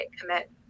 commit